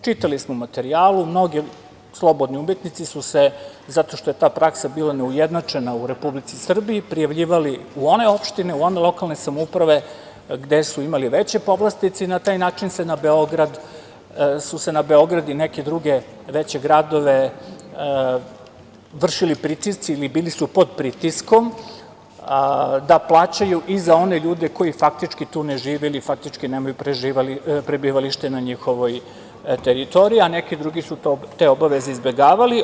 Čitali smo u materijalu, mnogi slobodni umetnici su se zato što je ta praksa bila neujednačena u Republici Srbiji prijavljivali u one opštine, u one lokalne samouprave gde su imali veće povlastice i na taj način su se na Beograd i neke druge veće gradove vršili pritisci ili bili su pod pritiskom da plaćaju i za one ljude koji faktički tu ne žive ili faktički nemaju prebivalište na njihovoj teritoriji, a neki drugi su te obaveze izbegavali.